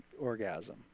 orgasm